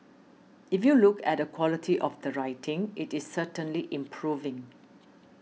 if you look at the quality of the writing it is certainly improving